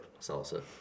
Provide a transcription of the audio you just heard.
Salsa